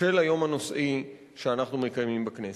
של היום הנושאי שאנחנו מקיימים בכנסת.